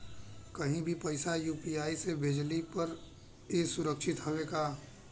कहि भी पैसा यू.पी.आई से भेजली पर ए सुरक्षित हवे का?